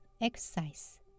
exercise